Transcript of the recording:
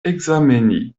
ekzameni